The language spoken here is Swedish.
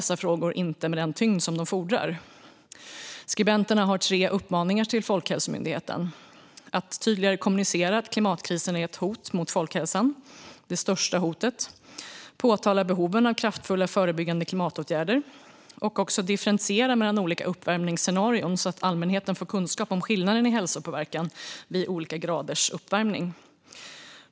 Skribenterna har tre uppmaningar till Folkhälsomyndigheten: att tydligare kommunicera att klimatkrisen är det största hotet mot folkhälsan, att påpeka behoven av kraftfulla förebyggande klimatåtgärder och att differentiera mellan olika uppvärmningsscenarion, så att allmänheten får kunskap om skillnaden i hälsopåverkan vid olika graders uppvärmning.